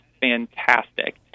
fantastic